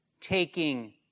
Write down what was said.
taking